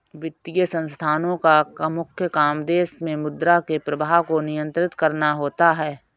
वित्तीय संस्थानोँ का मुख्य काम देश मे मुद्रा के प्रवाह को नियंत्रित करना होता है